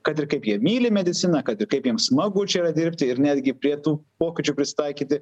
kad ir kaip jie myli mediciną kad kaip jiems smagu čia dirbti ir netgi prie tų pokyčių prisitaikyti